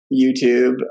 YouTube